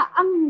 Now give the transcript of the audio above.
ang